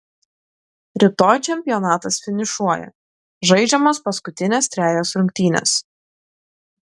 rytoj čempionatas finišuoja žaidžiamos paskutinės trejos rungtynės